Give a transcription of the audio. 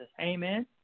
Amen